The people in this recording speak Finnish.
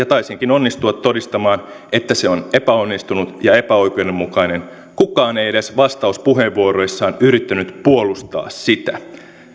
taisinkin onnistua todistamaan että se on epäonnistunut ja epäoikeudenmukainen kukaan ei edes vastauspuheenvuoroissaan yrittänyt puolustaa sitä